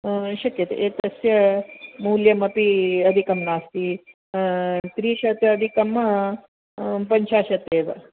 हा शक्यते एतस्य मूल्यमपि अधिकं नास्ति त्रिशताधिकं पञ्चाशत् एव